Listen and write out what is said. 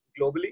globally